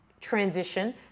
transition